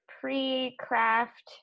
pre-craft